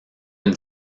une